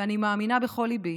ואני מאמינה בכל ליבי